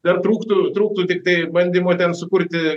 dar trūktų trūktų tiktai bandymo ten sukurti